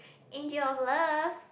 angel of love